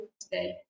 today